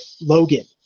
Logan